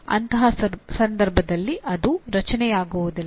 ಅಂತಹ ಸಂದರ್ಭದಲ್ಲಿ ಅದು ರಚನೆಯಾಗುವುದಿಲ್ಲ